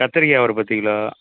கத்திரிக்காய் ஒரு பத்து கிலோ